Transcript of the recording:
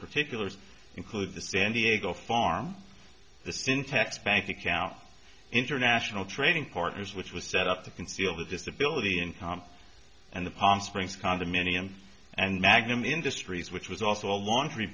particulars include the sandiego farm the syntax bank account international trading partners which was set up to conceal the disability income and the palm springs condominium and magnum industries which was also a laundry